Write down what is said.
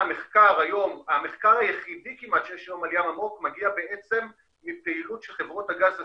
המחקר היחיד כמעט שיש היום על ים עמוק מגיע מפעילות שחברות הגז עשו,